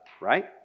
right